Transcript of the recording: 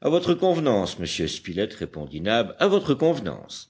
à votre convenance monsieur spilett répondit nab à votre convenance